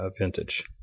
vintage